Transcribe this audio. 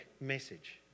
message